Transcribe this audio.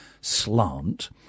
slant